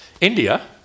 India